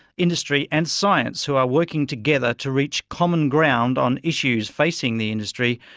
industry and science who are working together to reach common ground on issues facing the industry,